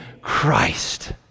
Christ